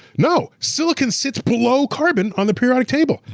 no, silicon sits below carbon on the periodic table,